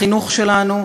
החינוך שלנו,